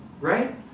right